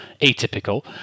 atypical